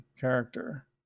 character